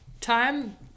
time